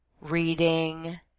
reading